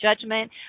judgment